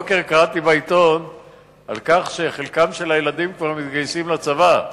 הבוקר קראתי בעיתון שחלק מהילדים כבר מתגייסים לצבא.